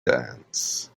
dance